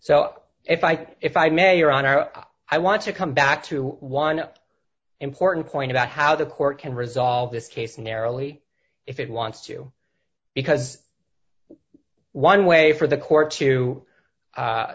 could if i may your honor i want to come back to one important point about how the court can resolve this case narrowly if it wants to because one way for the court to